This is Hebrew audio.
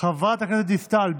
חברת הכנסת דיסטל,